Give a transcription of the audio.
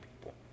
people